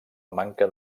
manca